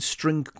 String